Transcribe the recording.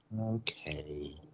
Okay